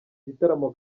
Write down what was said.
gitaramo